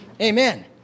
Amen